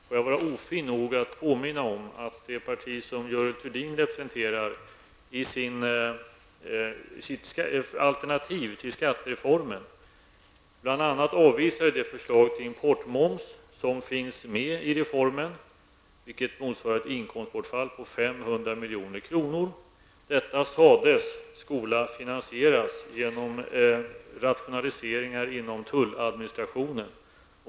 Får jag vara ofin nog att påminna om att det parti som Görel Thurdin representerar i sitt alternativ till skattereformen bl.a. avvisade det förslag till importmoms som finns i skattereformen. Det motsvarar ett inkomstbortfall på 500 miljoner. Detta sades skola finansieras genom rationaliseringar inom tulladministrationen.